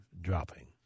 dropping